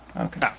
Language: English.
Okay